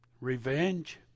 revenge